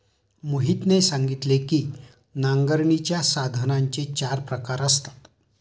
मोहितने सांगितले की नांगरणीच्या साधनांचे चार प्रकार असतात